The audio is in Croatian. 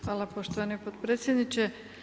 Hvala poštovani potpredsjedniče.